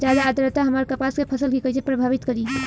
ज्यादा आद्रता हमार कपास के फसल कि कइसे प्रभावित करी?